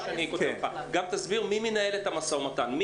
וגם ומי מנהל את המשא ומתן?